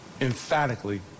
EMPHATICALLY